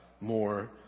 more